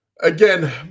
Again